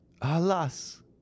alas